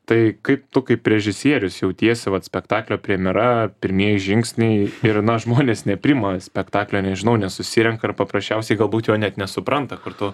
tai kaip tu kaip režisierius jautiesi vat spektaklio premjera pirmieji žingsniai ir na žmonės nepriima spektaklio nežinau nesusirenka ar paprasčiausiai galbūt jo net nesupranta kur tu